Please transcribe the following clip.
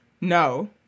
no